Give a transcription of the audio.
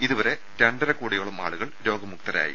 ഇതുവരെ രണ്ടര കോടിയോളം ആളുകൾ രോഗമുക്തരായി